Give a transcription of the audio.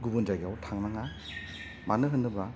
गुबुन जायगायाव थांनाङा मानो होनोबा